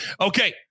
Okay